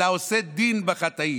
אלא עושה דין בחטאים.